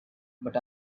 but